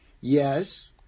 Yes